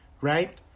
right